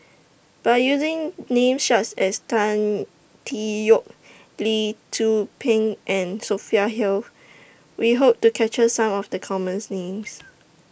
By using Names such as Tan Tee Yoke Lee Tzu Pheng and Sophia Hill We Hope to capture Some of The commons Names